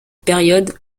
période